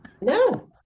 No